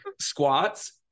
squats